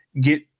get